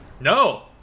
No